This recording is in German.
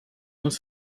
muss